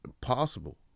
possible